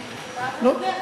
לא.